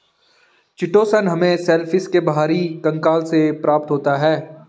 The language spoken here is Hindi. चिटोसन हमें शेलफिश के बाहरी कंकाल से प्राप्त होता है